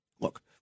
Look